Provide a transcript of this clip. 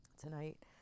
tonight